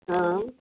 हा